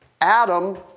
Adam